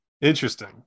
interesting